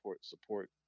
support